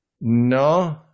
No